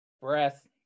breath